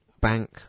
bank